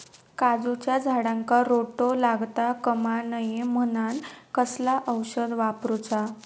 काजूच्या झाडांका रोटो लागता कमा नये म्हनान कसला औषध वापरूचा?